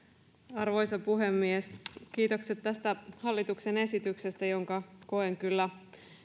arvoisa puhemies kiitokset tästä hallituksen esityksestä jonka koen kyllä